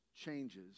changes